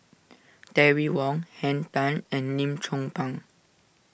Terry Wong Henn Tan and Lim Chong Pang